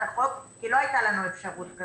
החוק כי לא הייתה לנו אפשרות כזאת?